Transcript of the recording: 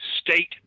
state